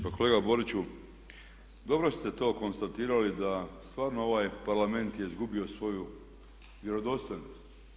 Pa kolega Boriću, dobro ste to konstatirali da stvarno ovaj parlament je izgubio svoju vjerodostojnost.